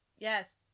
Yes